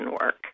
work